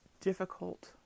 difficult